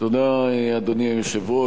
אדוני היושב-ראש,